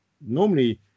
normally